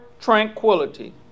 tranquility